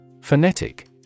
Phonetic